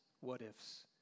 what-ifs